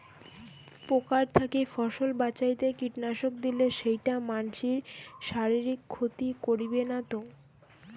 পোকার থাকি ফসল বাঁচাইতে কীটনাশক দিলে সেইটা মানসির শারীরিক ক্ষতি করিবে না তো?